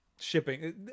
shipping